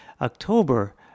October